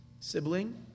Sibling